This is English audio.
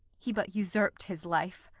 he but usurp'd his life.